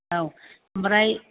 औ ओमफ्राय